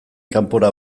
kanpora